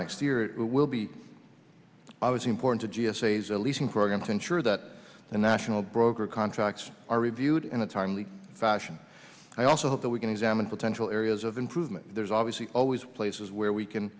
next year it will be i was important to g s a as a leasing program to ensure that the national broker contracts are reviewed in a timely fashion i also hope that we can examine potential areas of improvement there's obviously always places where we can